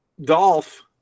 Dolph